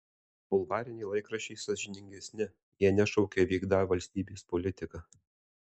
bulvariniai laikraščiai sąžiningesni jie nešaukia vykdą valstybės politiką